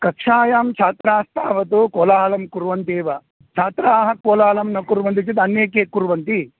कक्षायां छात्रास्तावत् कोलाहलं कुर्वन्त्येव छात्राः कोलाहलं न कुर्वन्ति चेत् अन्ये के कुर्वन्ति